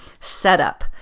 setup